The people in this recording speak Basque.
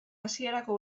hasierako